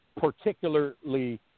particularly